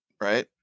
right